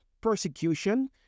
persecution